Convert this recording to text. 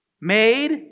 Made